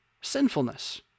sinfulness